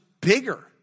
bigger